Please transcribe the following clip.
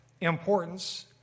importance